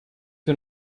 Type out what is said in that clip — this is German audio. wir